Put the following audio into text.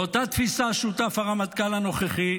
לאותה תפיסה שותף הרמטכ"ל הנוכחי,